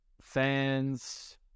fans